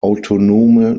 autonome